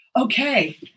Okay